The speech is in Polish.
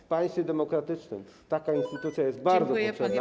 W państwie demokratycznym taka instytucja jest bardzo potrzebna.